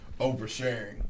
oversharing